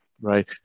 right